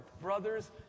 brothers